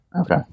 okay